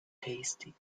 tasty